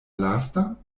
lasta